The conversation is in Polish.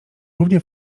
równie